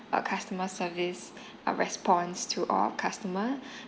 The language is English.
our customer service our response to all customer